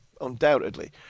undoubtedly